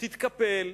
תתקפל,